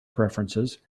preferences